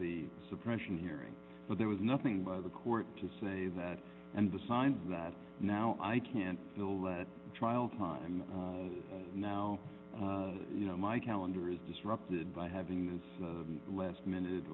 the suppression hearing but there was nothing but the court to say that and the sign that now i can't fill that trial time now you know my calendar is disrupted by having this last minute